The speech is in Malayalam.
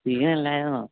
സീനല്ലായിരുന്നോ